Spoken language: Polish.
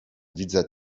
widzę